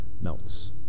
melts